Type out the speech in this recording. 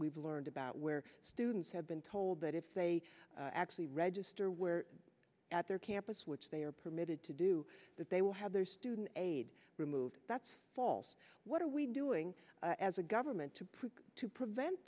we've learned about where students have been told that if they actually register where at their campus which they are permitted to do that they will have their student aid removed that's false what are we doing as a government to prove to prevent